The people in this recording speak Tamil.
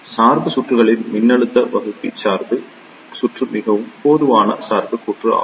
சார்பு சுற்றுகளில் மின்னழுத்த வகுப்பி சார்பு சுற்று மிகவும் பொதுவான சார்பு சுற்று ஆகும்